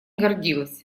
гордилась